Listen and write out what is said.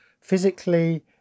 physically